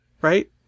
Right